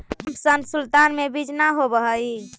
Thompson sultana में बीज न होवऽ हई